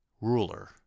Ruler